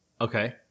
Okay